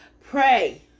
Pray